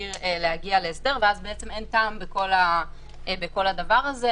סביר להגיע להסדר ואז אין טעם בכל הדבר הזה.